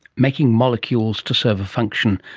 making molecules to serve a function,